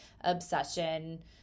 obsession